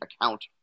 account